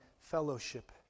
fellowship